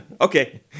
Okay